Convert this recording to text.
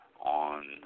on